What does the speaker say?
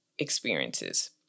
Experiences